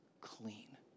clean